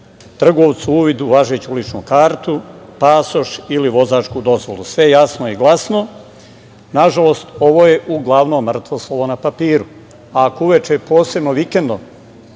trgovcu uvid u važeću ličnu kartu, pasoš ili vozačku dozvolu. Sve je jasno i glasno. Nažalost, ovo je uglavnom mrtvo slovo na papiru. Ako uveče, posebno vikendom,